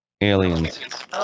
aliens